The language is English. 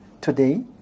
today